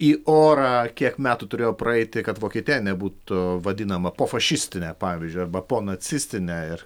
į orą kiek metų turėjo praeiti kad vokietija nebūtų vadinama pofašistine pavyzdžiui arba ponacistine ir